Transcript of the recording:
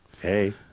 Hey